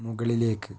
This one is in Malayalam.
മുകളിലേക്ക്